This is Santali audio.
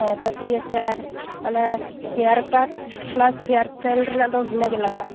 ᱦᱮᱸ ᱛᱳ ᱴᱷᱤᱠ ᱟᱪᱷᱮ ᱟᱨ ᱚᱱᱟ hair care plus hair style ᱨᱮᱱᱟᱜ ᱫᱚ ᱵᱷᱤᱱᱟᱹᱜᱮ ᱞᱟᱜᱟᱜᱼᱟ